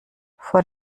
vor